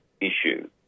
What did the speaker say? issue